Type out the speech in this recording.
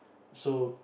so